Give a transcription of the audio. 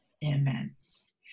immense